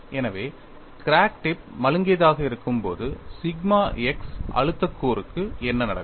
எனவே crack tip மழுங்கியதாக இருக்கும்போது சிக்மா x அழுத்த கூறுக்கு என்ன நடக்கும்